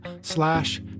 slash